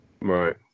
Right